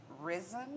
risen